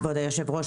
כבוד היושב-ראש,